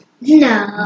No